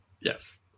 Yes